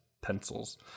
pencils